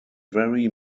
very